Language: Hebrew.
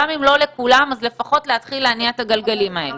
גם אם לא לכולם אז לפחות להתחיל להניע את הגלגלים האלה.